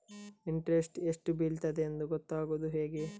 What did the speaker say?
Interest ಎಷ್ಟು ಬೀಳ್ತದೆಯೆಂದು ಗೊತ್ತಾಗೂದು ಹೇಗೆ?